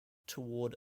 toward